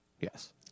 Yes